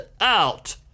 out